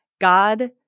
God